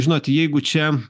žinot jeigu čia